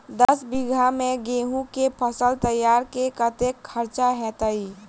दस बीघा मे गेंहूँ केँ फसल तैयार मे कतेक खर्चा हेतइ?